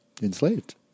enslaved